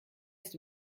ist